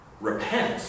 Repent